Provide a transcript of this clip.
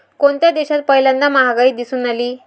कोणत्या देशात पहिल्यांदा महागाई दिसून आली?